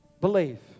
believe